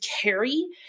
carry